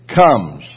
comes